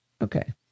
okay